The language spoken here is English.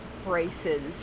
Brace's